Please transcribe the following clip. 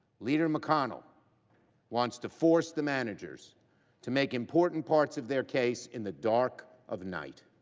leader mcconnell wants to force the managers to make important parts of their case in the dark of night.